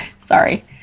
Sorry